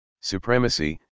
supremacy